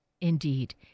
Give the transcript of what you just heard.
Indeed